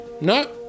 No